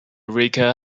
rico